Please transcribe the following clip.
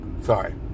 Sorry